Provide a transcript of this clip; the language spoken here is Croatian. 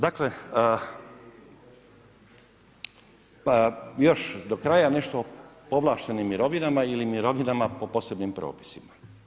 Dakle, još do kraja nešto o povlaštenim mirovinama ili mirovinama po posebnim propisima.